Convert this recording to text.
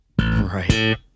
right